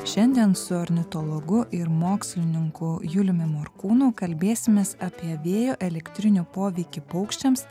šiandien su ornitologu ir mokslininku juliumi morkūnu kalbėsimės apie vėjo elektrinių poveikį paukščiams